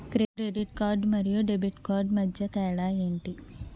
Credit card మరియు debit card మధ్య తేడా ఎంటి?